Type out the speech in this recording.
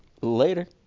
later